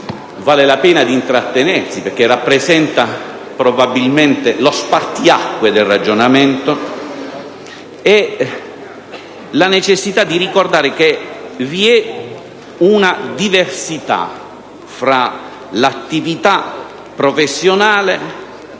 vale la pena intrattenersi, perché rappresenta probabilmente lo spartiacque del ragionamento, riguarda la necessità di ricordare che vi è una diversità fra l'attività professionale